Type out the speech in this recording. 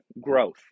growth